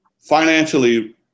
financially